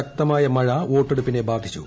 ശക്തമായ മഴ വോട്ടെടുപ്പിനെ ബാധിച്ചു